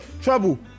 trouble